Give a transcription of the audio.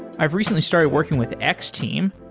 i've recently started working with x-team.